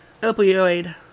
opioid